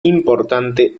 importante